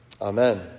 Amen